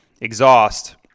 exhaust